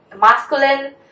masculine